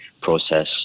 process